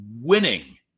winning